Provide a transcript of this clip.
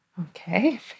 Okay